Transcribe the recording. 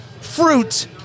Fruit